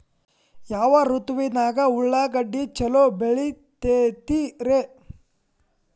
ಯಾವ ಋತುವಿನಾಗ ಉಳ್ಳಾಗಡ್ಡಿ ಛಲೋ ಬೆಳಿತೇತಿ ರೇ?